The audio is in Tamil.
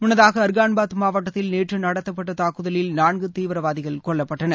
முன்னதாக அர்கன்பாத் மாவட்டத்தில் நேற்று நடத்தப்பட்ட தாக்குதலில் நான்கு தீவிரவாதிகள் கொல்லப்பட்டனர்